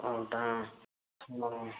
ಹೌದಾ ಹ್ಞೂ